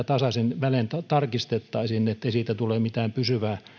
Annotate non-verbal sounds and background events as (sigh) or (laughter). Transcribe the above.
(unintelligible) tasaisin välein tarkistettaisiin että siitä ei tule mitään pysyvää